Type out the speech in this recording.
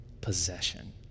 possession